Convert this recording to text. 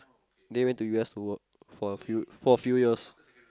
then he went to U_S to work for a few for a few years